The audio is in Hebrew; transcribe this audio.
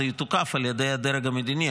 זה יתוקף על ידי הדרג המדיני,